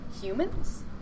humans